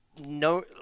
No